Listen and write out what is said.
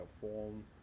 form